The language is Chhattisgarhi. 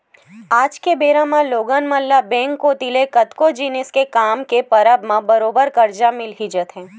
आज के बेरा म लोगन मन ल बेंक कोती ले कतको जिनिस के काम के परब म बरोबर करजा मिल ही जाथे